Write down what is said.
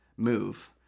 move